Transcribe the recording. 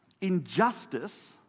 injustice